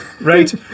right